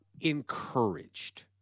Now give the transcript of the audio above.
encouraged